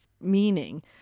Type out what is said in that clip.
meaning